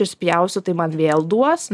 išspjausiu tai man vėl duos